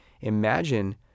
Imagine